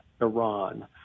Iran